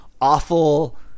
awful